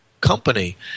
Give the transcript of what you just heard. company